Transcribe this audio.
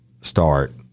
start